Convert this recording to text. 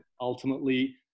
ultimately